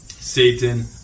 Satan